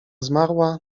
zmarła